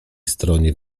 stronie